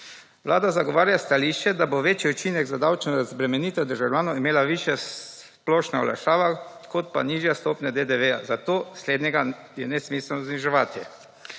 Vlada zagovarja stališče, da bo večji učinek za davčno razbremenitev državljanov imela višja splošna olajšava kot pa nižja stopnja DDV, zato slednjega je nesmiselno zniževati.